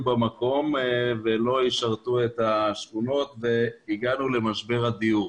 במקום ולא ישרתו את השכונות והגענו למשבר הדיור.